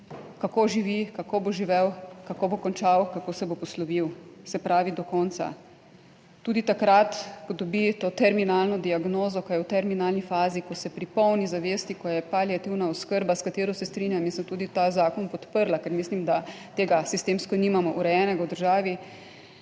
Kako živi, kako bo živel, kako bo končal, kako se bo poslovil, se pravi, do konca. Tudi takrat, ko dobi to terminalno diagnozo, ko je v terminalni fazi, ko se pri polni zavesti, ko je paliativna oskrba, s katero se strinjam in sem tudi ta zakon podprla, ker mislim, da tega sistemsko nimamo urejenega v državi.